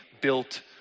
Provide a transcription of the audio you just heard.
built